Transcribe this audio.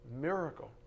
miracle